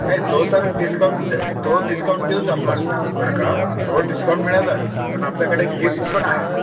नाही तो तर डिस्काउंट द तो डिस्काउंट देऊच आपण बरं का तो डिस्काउंट मिळेलच पण आपल्याकडे गिफ्ट पण आहे